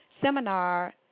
seminar